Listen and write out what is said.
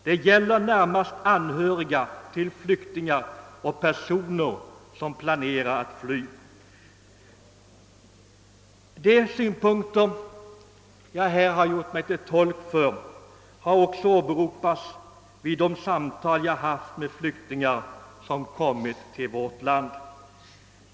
Det gäller närmast anhöriga till flyktingar och personer som planerar att fly. De synpunkter jag här gjort mig till tolk för har också åberopats vid de samtal jag haft med flyktingar som kommit till vårt land.